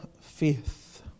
faith